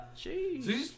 Jeez